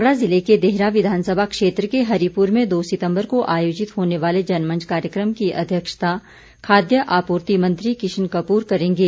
कांगड़ा जिले के देहरा विधानसभा क्षेत्र के हरिपुर में दो सितम्बर को आयोजित होने वाले जनमंच कार्यक्रम की अध्यक्षता खाद्य आपूर्ति मंत्री किशन कपूर करेंगे